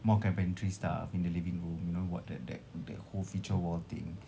more carpentry stuff in the living room you know what that that that whole feature wall thing